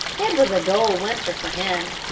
it was a dull winter for him.